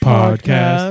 Podcast